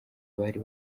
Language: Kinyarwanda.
bari